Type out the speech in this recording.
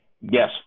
Yes